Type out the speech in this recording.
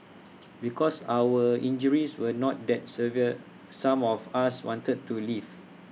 because our injuries were not that severe some of us wanted to leave